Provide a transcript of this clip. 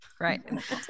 Right